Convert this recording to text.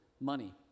money